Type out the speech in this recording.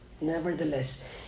nevertheless